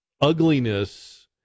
ugliness